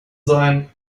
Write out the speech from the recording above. sein